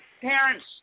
parents